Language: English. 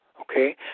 Okay